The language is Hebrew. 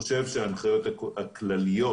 ההנחיות הכלליות